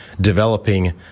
developing